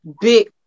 big